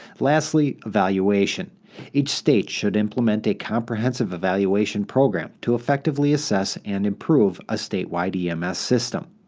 lastly, evaluation each state should implement a comprehensive evaluation program to effectively assess and improve a statewide ems system.